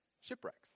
shipwrecks